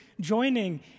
joining